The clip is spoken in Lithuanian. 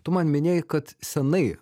tu man minėjai kad senai